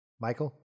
Michael